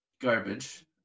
garbage